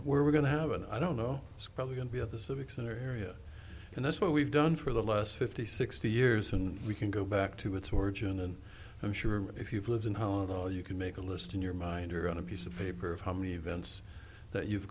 we're going to have an i don't know it's probably going to be at the civic center area and that's what we've done for the last fifty sixty years and we can go back to its origin and i'm sure if you've lived in hollow you can make a list in your mind or on a piece of paper of how many events that you've